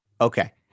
Okay